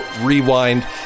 rewind